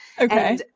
Okay